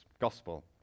gospel